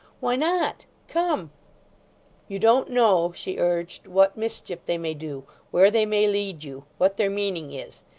why not? come you don't know she urged, what mischief they may do, where they may lead you, what their meaning is.